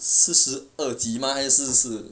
四十二集吗还是四十四